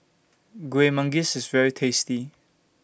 Kuih Manggis IS very tasty